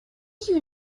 you